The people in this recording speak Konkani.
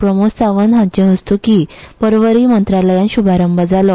प्रमोद सावंत हांचे हस्त्की पर्वरी मंत्रालयात श्भारंभ जालो